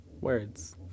words